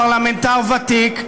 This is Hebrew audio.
פרלמנטר ותיק,